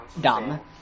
dumb